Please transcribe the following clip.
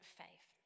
faith